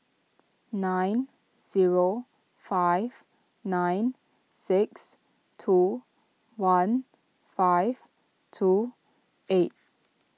nine zero five nine six two one five two eight